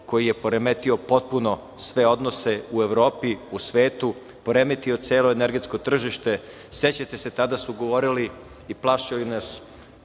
koji je poremetio potpuno sve odnose u Evropi, u svetu, poremetio celo energetsko tržište. Sećate se tada su govorili i plašili nas